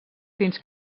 fins